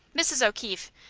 mrs. o'keefe,